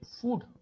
food